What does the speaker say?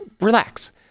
relax